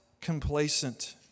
complacent